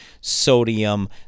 sodium